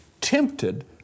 tempted